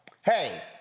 hey